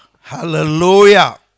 Hallelujah